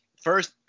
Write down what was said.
First